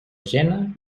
jena